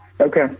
Okay